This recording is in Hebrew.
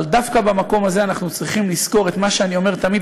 אבל דווקא במקום הזה אנחנו צריכים לזכור את מה שאני אומר תמיד,